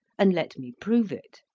and let me prove it.